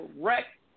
correct